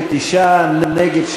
מי נגד?